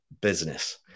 business